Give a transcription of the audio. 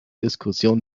diskussion